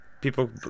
people